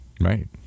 Right